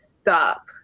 stop